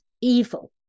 evil